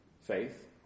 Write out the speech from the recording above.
faith